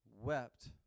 wept